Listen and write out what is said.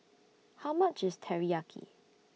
How much IS Teriyaki